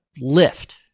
lift